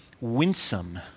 winsome